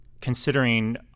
considering